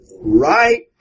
right